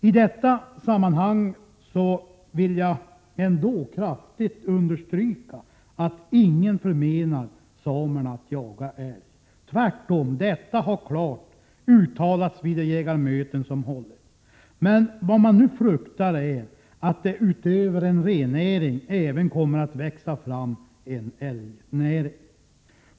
I detta sammanhang vill jag kraftigt understryka att ingen förmenar samerna att jaga älg. Tvärtom — att de har denna rätt har klart uttalats vid de jägarmöten som hållits. Vad man fruktar är att det utöver en rennäring även kommer att växa fram en älgnäring.